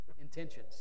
intentions